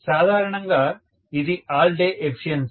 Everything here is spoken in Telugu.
సాధారణంగా ఇది ఆల్ డే ఎఫిషియన్సీ